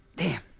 damn